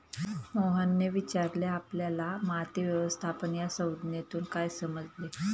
मोहनने विचारले आपल्याला माती व्यवस्थापन या संज्ञेतून काय समजले?